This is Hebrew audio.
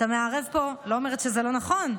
אתה מערב פה, אני לא אומרת שזה לא נכון,